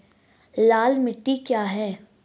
लाल मिट्टी क्या है?